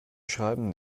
schreiben